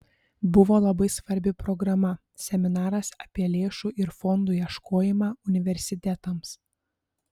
buvo labai svarbi programa seminaras apie lėšų ir fondų ieškojimą universitetams